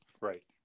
right